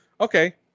okay